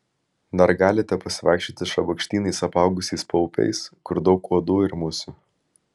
dar galite pasivaikščioti šabakštynais apaugusiais paupiais kur daug uodų ir musių